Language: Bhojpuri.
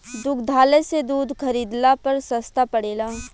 दुग्धालय से दूध खरीदला पर सस्ता पड़ेला?